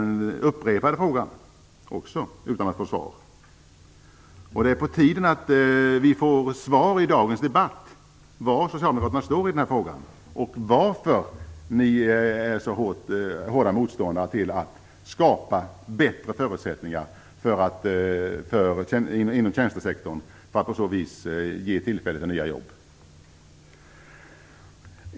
Jag upprepade frågan utan att få svar. Det är på tiden att vi får svar i dagens debatt på frågan om var Socialdemokraterna står i denna fråga och på frågan varför ni är så hårda motståndare till att skapa bättre förutsättningar inom tjänstesektorn för att på så vis ge tillfälle till nya jobb.